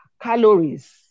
calories